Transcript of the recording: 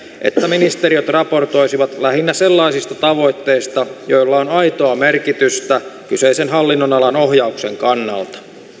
että ministeriöt raportoisivat lähinnä sellaisista tavoitteista joilla on aitoa merkitystä kyseisen hallinnonalan ohjauksen kannalta